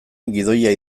gidoia